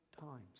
times